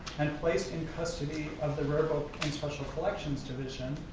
and placed in custody of the vertical and special collections division,